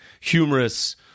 humorous